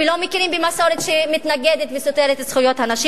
ולא מכירים במסורת שמתנגדת וסותרת את זכויות הנשים,